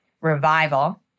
revival